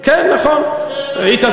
זה קרה, אני אגיד לך בדיוק מתי זה קרה.